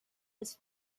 his